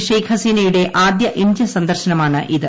ഷെയ്ഖ് ഹസീനയുടെ ആദ്യ ഇന്ത്യ സന്ദർശനമാണ് ഇത്